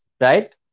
right